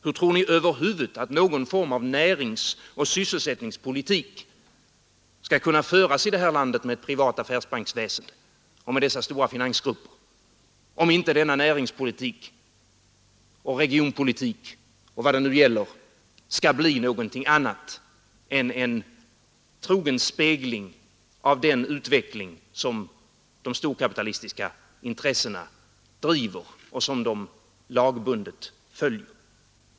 Hur tror ni över huvud att någon form av näringsoch sysselsättningspolitik skall kunna föras i det här landet med ett privat affärsbanksväsende och med dessa stora finansgrupper, om denna näringspolitik och regionpolitik och vad det nu gäller skall bli någonting annat än en trogen spegling av den utveckling som de storkapitalistiska intressena driver och som de lagbundet följer?